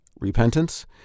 repentance